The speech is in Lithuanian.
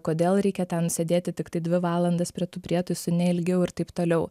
kodėl reikia ten sėdėti tiktai dvi valandas prie tų prietaisų ne ilgiau ir taip toliau